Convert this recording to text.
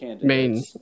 main